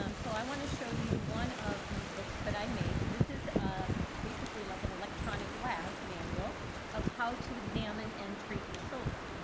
um so i want to show you one of the books that i made. so this is basically like an electronic lab manual of how to examine and treat the shoulder.